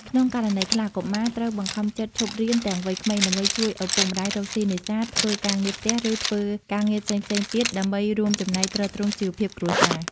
ក្នុងករណីខ្លះ កុមារត្រូវបង្ខំចិត្តឈប់រៀនទាំងវ័យក្មេងដើម្បីជួយឪពុកម្តាយរកស៊ីនេសាទ ធ្វើការងារផ្ទះ ឬធ្វើការងារផ្សេងៗទៀត ដើម្បីរួមចំណែកទ្រទ្រង់ជីវភាពគ្រួសារ។